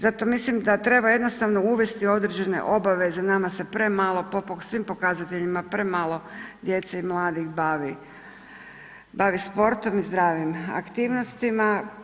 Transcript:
Zato mislim da treba jednostavno uvesti određene obaveze, nama se premalo po svim pokazateljima, premalo djece i mladih bavi sportom i zdravim aktivnostima.